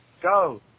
go